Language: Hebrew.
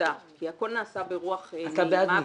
תודה כי הכול נעשה ברוח נעימה וטובה.